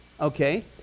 okay